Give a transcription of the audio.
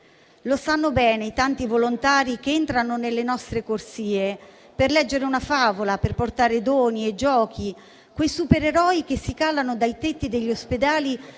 Lo sanno bene i tanti volontari che entrano nelle nostre corsie per leggere una favola e portare doni e giochi, quei supereroi che si calano dai tetti degli ospedali